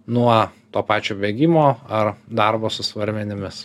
nuo to pačio bėgimo ar darbo su svarmenimis